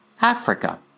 Africa